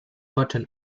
button